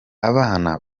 abana